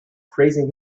praising